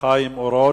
חיים אורון.